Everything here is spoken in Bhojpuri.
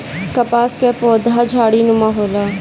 कपास कअ पौधा झाड़ीनुमा होला